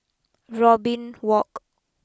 Robin walk